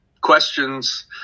questions